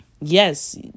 yes